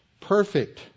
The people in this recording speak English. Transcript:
perfect